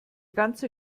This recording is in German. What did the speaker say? ganze